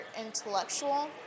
intellectual